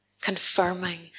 confirming